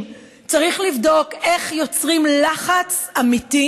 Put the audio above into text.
צריך לבדוק איך יוצרים לחץ אמיתי,